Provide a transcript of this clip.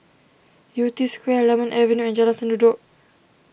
Yew Tee Square Lemon Avenue and Jalan Sendudok